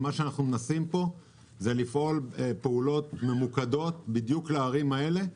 אנחנו מנסים לפעול בפעולות ממוקדות בדיוק בערים האלה.